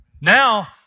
Now